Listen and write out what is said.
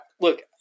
look